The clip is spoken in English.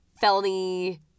felony